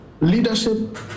leadership